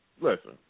listen